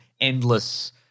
endless